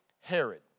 Herod